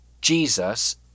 Jesus